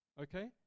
okay